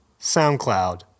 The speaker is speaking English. SoundCloud